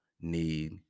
need